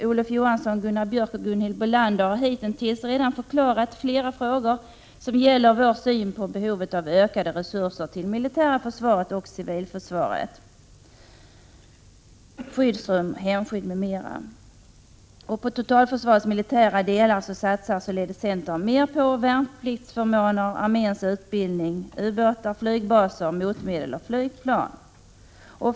Olof Johansson, Gunnar Björk i Gävle och Gunhild Bolander har redan besvarat flera frågor som gäller vår syn på behovet av ökade resurser till det militära försvaret och civilförsvaret, till skyddsrum, hemskydd m.m. Inom totalförsvarets militära delar satsar således centern mer på värnpliktsförmåner, arméns utbildning, ubåtar, flygbaser, motmedel och flygplan.